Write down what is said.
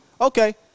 Okay